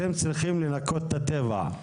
אתם צריכים לנקות את הטבע.